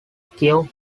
cure